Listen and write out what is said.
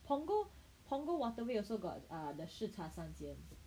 Punggol Punggol waterway also got ah the 吃茶三千